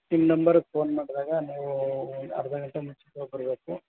ನಿಮ್ಮ ನಂಬರ್ಗೆ ಫೋನ್ ಮಾಡಿದಾಗ ನೀವು ಒಂದು ಅರ್ಧ ಗಂಟೆ ಮುಂಚಿತವಾಗಿ ಬರಬೇಕು